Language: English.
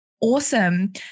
awesome